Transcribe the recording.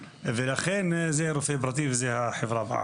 לכן זה רופא פרטי וזה החברה בע"מ.